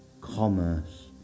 commerce